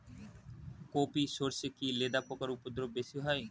কোপ ই সরষে কি লেদা পোকার উপদ্রব বেশি হয়?